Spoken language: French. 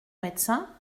médecin